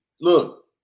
look